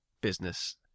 business